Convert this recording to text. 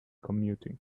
commuting